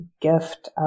gift